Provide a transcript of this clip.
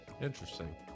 Interesting